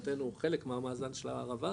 שמבחינתנו חלק מהמאזן של הערבה,